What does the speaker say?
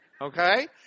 Okay